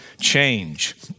change